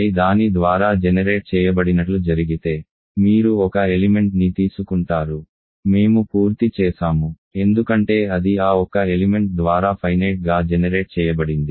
I దాని ద్వారా generate చేయబడినట్లు జరిగితే మీరు ఒక ఎలిమెంట్ ని తీసుకుంటారు మేము పూర్తి చేసాము ఎందుకంటే అది ఆ ఒక్క ఎలిమెంట్ ద్వారా ఫైనేట్ గా జెనెరేట్ చేయబడింది